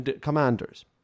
commanders